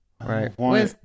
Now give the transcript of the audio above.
right